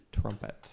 trumpet